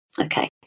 Okay